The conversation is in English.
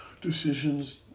decisions